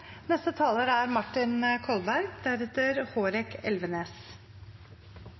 neste taler er